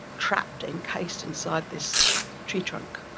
trapped, encased inside this tree trunk.